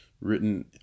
written